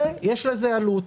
יש לזה עלות.